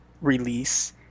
release